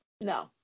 no